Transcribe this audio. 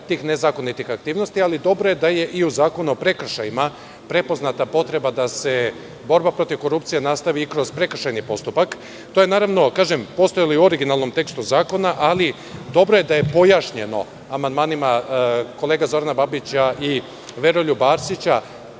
tih nezakonitih aktivnosti. Dobro je da je i u zakonu o prekršajima prepoznata potreba da se borba protiv korupcije nastavi i kroz prekršajni postupak. Naravno, to je postojalo i u originalnom tekstu zakona, ali je dobro da je pojašnjeno amandmanima kolega Zorana Babića i Veroljuba Arsića